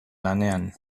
lanean